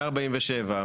147,